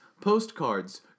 postcards